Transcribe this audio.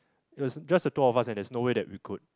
it was just the two of us and there's no way that we could